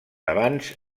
abans